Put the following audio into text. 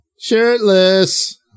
Shirtless